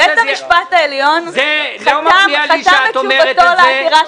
בית המשפט העליון חתם את תשובתו לעתירה